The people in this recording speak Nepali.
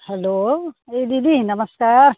हेलो ए दिदी नमस्कार